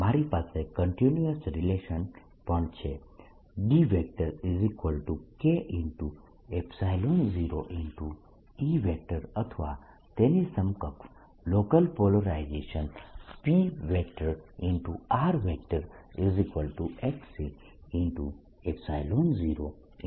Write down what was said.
મારી પાસે constitutive relation પણ છે DK0E અથવા તેની સમકક્ષ લોકલ પોલરાઇઝેશન Pe0E છે